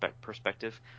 perspective